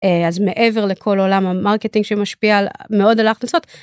אז מעבר לכל עולם המרקטינג שמשפיע מאוד על ההכנסות.